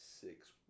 six